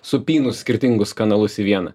supynus skirtingus kanalus į vieną